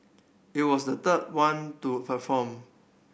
it was the third one to perform